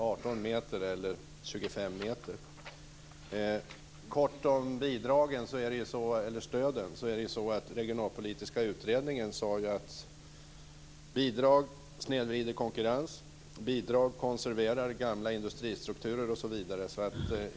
Ska de vara 18 meter eller Regionalpolitiska utredningen sade att bidrag snedvrider konkurrens. Bidrag konserverar gamla industristrukturer, osv.